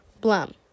Blum